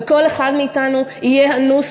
וכל אחד מאתנו יהיה אנוס,